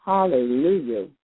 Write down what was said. Hallelujah